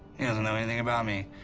he doesn't know anything about me,